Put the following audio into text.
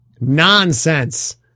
Nonsense